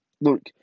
Look